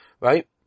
Right